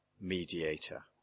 mediator